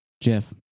Jeff